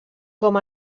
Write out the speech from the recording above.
com